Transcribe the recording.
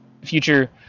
future